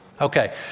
Okay